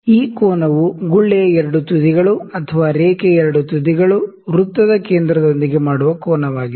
ಈ ಕೋನವು ಗುಳ್ಳೆಯ 2 ತುದಿಗಳು ಅಥವಾ ರೇಖೆಯ 2 ತುದಿಗಳು ವೃತ್ತದ ಕೇಂದ್ರದೊಂದಿಗೆ ಮಾಡುವ ಕೋನವಾಗಿದೆ